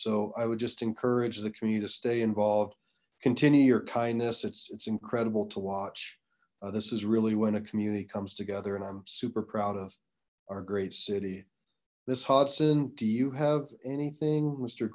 so i would just encourage the community to stay involved continue your kindness it's it's incredible to watch this is really when a community comes together and i'm super proud of our great city miss hudson do you have anything m